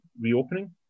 reopening